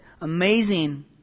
amazing